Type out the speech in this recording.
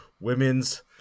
women's